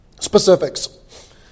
specifics